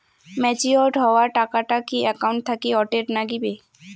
Matured হওয়া টাকাটা কি একাউন্ট থাকি অটের নাগিবে?